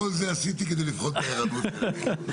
כל זה עשיתי כדי לבחון את הערנות של אלקין,